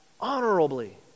honorably